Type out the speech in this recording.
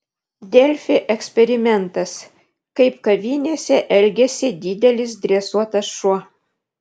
delfi eksperimentas kaip kavinėse elgiasi didelis dresuotas šuo